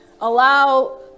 allow